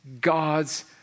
God's